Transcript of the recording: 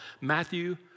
Matthew